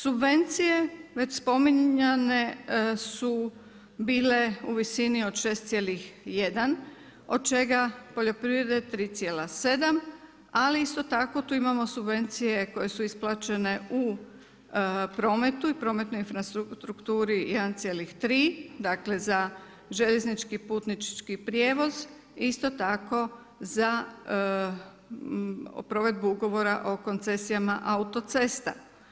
Subvencije već spominjanje su bile u visini u 6,1 od čega poljoprivrede 3,7, ali isto tako tu imamo subvencije koje su isplaćene u prometu i prometnoj infrastrukturi 1,3 dakle za željeznički putnički prijevoz, isto tako za provedbu Ugovora o koncesijama autocesta.